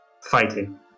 fighting